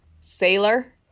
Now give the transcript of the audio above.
Sailor